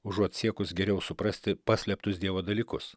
užuot siekus geriau suprasti paslėptus dievo dalykus